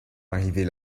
arrivés